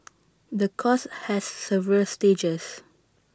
the course has several stages